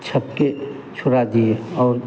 छक्के छुड़ा दिए और